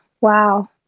Wow